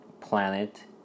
planet